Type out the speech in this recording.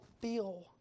feel